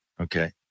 Okay